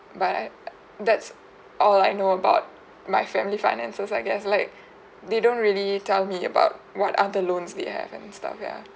but I uh that's all I know about my family finances I guess like they don't really tell me about what are the loans they have and stuff ya